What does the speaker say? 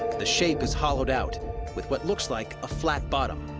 the shape is hollowed out with what looks like a flat bottom.